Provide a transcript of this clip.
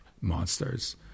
monsters